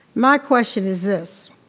my question is this,